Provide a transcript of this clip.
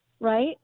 right